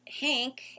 Hank